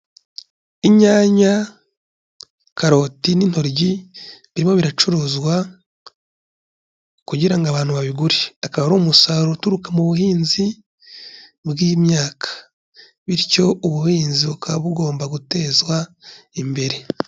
Inyanya, karoti, n'intoryi birimo biracuruzwa kugira ngo abantu babigure, akaba ari umusaruro uturuka mu buhinzi bw'imyaka, bityo ubuhinzi bukaba bugomba gutezwa imbere.